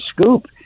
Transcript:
scoop